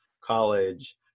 college